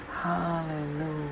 Hallelujah